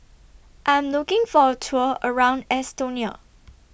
I'm looking For A Tour around Estonia